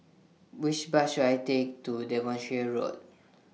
Which Bus should I Take to Devonshire Road